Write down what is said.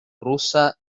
rusa